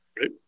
Right